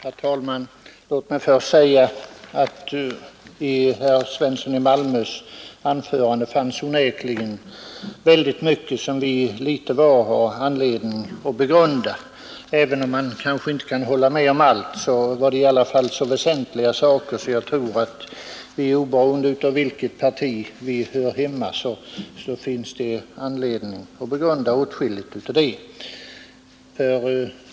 Herr talman! Låt mig först säga att i herr Svenssons i Malmö anförande onekligen fanns väldigt mycket som vi litet var har anledning att begrunda. Även om man inte kan hålla med om allt var mycket så väsentligt att jag tror att oberoende av i vilket parti vi hör hemma finns det orsak för oss att begrunda det.